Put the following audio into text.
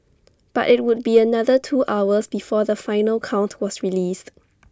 but IT would be another two hours before the final count was released